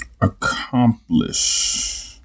Accomplish